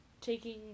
taking